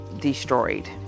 destroyed